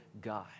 God